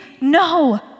no